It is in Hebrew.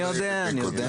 אני יודע, אני יודע.